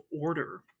order